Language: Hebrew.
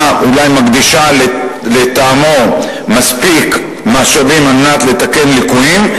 אינה מקדישה לטעמו מספיק משאבים על מנת לתקן ליקויים.